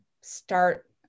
start